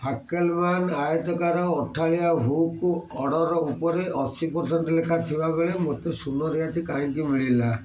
ଫାକେଲମାନ ଆୟତାକାର ଅଠାଳିଆ hook order ଉପରେ ଅଶି ପରସେଣ୍ଟ୍ ଲେଖା ଥିବାବେଳେ ମୋତେ ଶୂନ ରିହାତି କାହିଁକି ମିଳିଲା